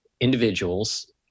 individuals